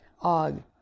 Og